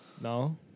No